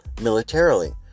militarily